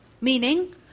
Meaning